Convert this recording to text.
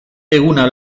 eguna